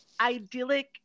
idyllic